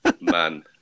Man